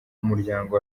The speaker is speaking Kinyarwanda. muryango